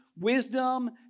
wisdom